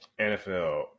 NFL